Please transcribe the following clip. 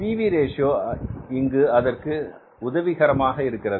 B V ratio PV Ratio இங்கு அதற்கு உதவிகரமாக இருக்கிறது